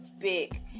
big